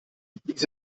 dies